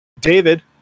David